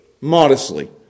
modestly